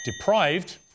deprived